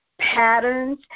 patterns